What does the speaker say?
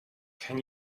can